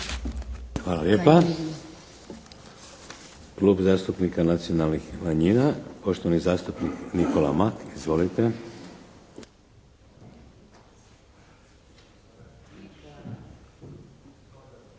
Hvala lijepa. Klub zastupnica Nacionalnih manjina. Poštovani zastupnik Nikola Mak. Izvolite. **Mak,